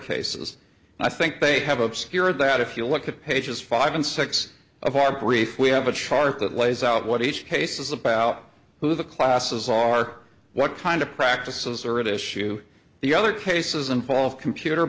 cases i think they have obscured that if you look at pages five and six of our brief we have a chart that lays out what each case is about who the classes are what kind of practices are at issue the other cases involved computer